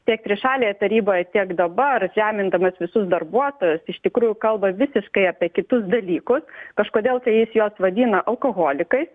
tiek trišalėje taryboj tiek dabar žemindamas visus darbuotojus iš tikrųjų kalba visiškai apie kitus dalykus kažkodėl tai jis juos vadina alkoholikai